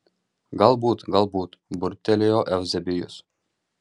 galbūt galbūt burbtelėjo euzebijus